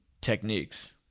techniques